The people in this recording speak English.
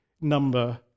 number